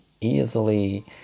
easily